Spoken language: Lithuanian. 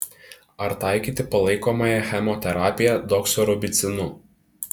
ar taikyti palaikomąją chemoterapiją doksorubicinu